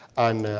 and,